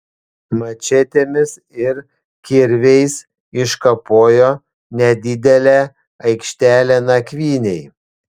mačetėmis ir kirviais iškapojo nedidelę aikštelę nakvynei